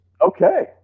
Okay